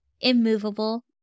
immovable